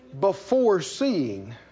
before-seeing